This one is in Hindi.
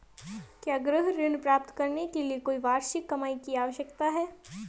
क्या गृह ऋण प्राप्त करने के लिए कोई वार्षिक कमाई की आवश्यकता है?